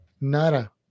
Nada